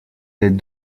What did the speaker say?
les